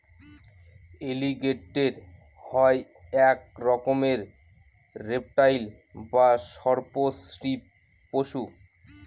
এলিগেটের হয় এক রকমের রেপ্টাইল বা সর্প শ্রীপ পশু